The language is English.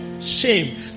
shame